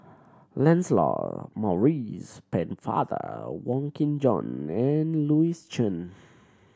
Lancelot Maurice Pennefather Wong Kin Jong and Louis Chen